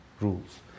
rules